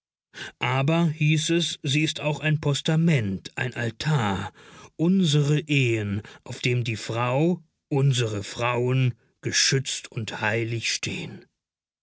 aber hieß es sie ist auch ein postament ein altar unsere ehen auf dem die frau unsere frauen geschützt und heilig steht